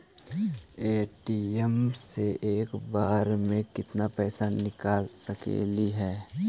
ATM से एक बार मे केत्ना पैसा निकल सकली हे?